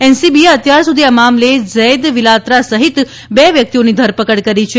એનસીબીએ અત્યાર સુધી આ મામલે જૈદ વિલાત્રા સહિત બે વ્યક્તિઓની ધરપકડ કરી છે